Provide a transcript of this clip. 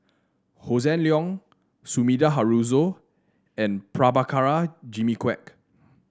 Hossan Leong Sumida Haruzo and Prabhakara Jimmy Quek